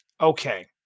Okay